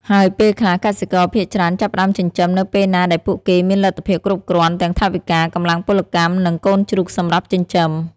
ហើយពេលខ្លះ កសិករភាគច្រើនចាប់ផ្ដើមចិញ្ចឹមនៅពេលណាដែលពួកគេមានលទ្ធភាពគ្រប់គ្រាន់ទាំងថវិកា កម្លាំងពលកម្ម និងកូនជ្រូកសម្រាប់ចិញ្ចឹម។